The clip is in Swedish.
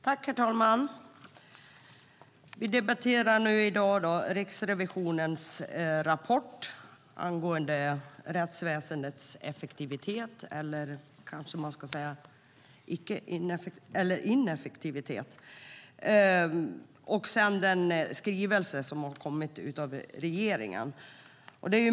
Herr talman! Vi debatterar i dag Riksrevisionens rapport angående rättsväsendets effektivitet, eller kanske man ska säga ineffektivitet, och den skrivelse som har kommit från regeringen.